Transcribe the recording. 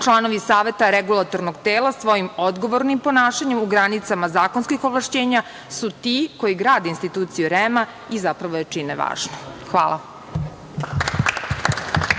Članovi saveta regulatornog tela svojim odgovornim ponašanjem u granicama zakonskih ovlašćenja su ti koji grade instituciju REM-a i zapravo je čine važnom. Hvala.